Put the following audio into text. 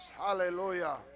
Hallelujah